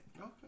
Okay